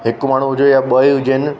हिकु माण्हू हुजे या ॿ ही हुजेनि